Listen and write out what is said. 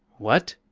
what?